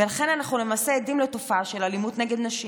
ולכן אנחנו למעשה עדים לתופעה של אלימות נגד נשים.